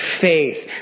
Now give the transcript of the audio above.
faith